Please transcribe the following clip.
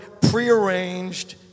prearranged